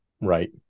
Right